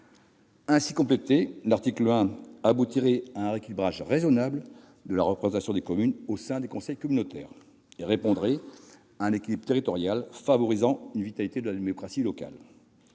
dispositif de l'article 1 permettrait un rééquilibrage raisonnable de la représentation des communes au sein des conseils communautaires et assurerait un équilibre territorial favorisant une vitalité de la démocratie locale.